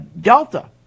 Delta